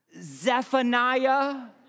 Zephaniah